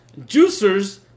juicers